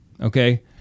okay